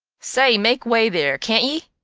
say, make way there, can't yeh?